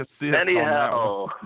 Anyhow